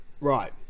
Right